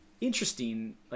interesting